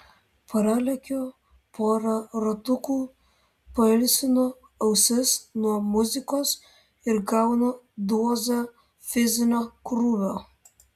pralekiu porą ratukų pailsinu ausis nuo muzikos ir gaunu dozę fizinio krūvio